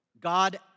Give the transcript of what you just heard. God